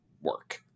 work